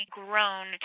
grown